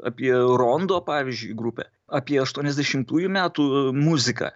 apie rondo pavyzdžiui grupę apie aštuoniasdešimtųjų metų muziką